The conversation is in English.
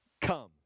Come